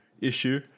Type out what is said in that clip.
issue